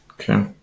Okay